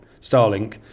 Starlink